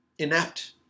Inept